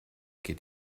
geht